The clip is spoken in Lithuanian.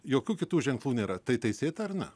jokių kitų ženklų nėra tai teisėta ar ne